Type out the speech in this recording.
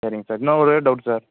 சரிங்க சார் இன்னும் ஒரே ஒரு டவுட் சார்